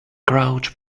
crouch